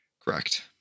Correct